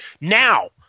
Now